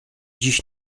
dziś